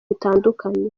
bitandukanye